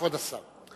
כבוד השר.